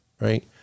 right